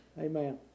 Amen